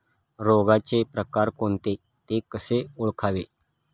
रोगाचे प्रकार कोणते? ते कसे ओळखावे?